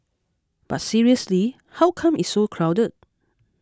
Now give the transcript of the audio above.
but seriously how come it's so crowded